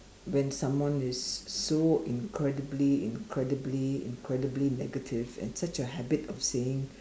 when someone is so incredibly incredibly incredibly negative and such a habit of saying